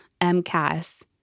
MCAS